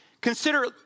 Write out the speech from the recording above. Consider